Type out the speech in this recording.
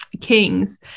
kings